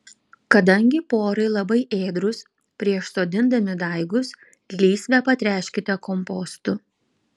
kadangi porai labai ėdrūs prieš sodindami daigus lysvę patręškite kompostu